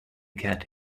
get